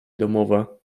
domowa